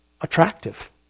attractive